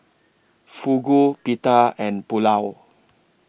Fugu Pita and Pulao